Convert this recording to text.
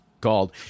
called